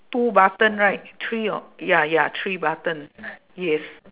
two button right three or ya ya three button yes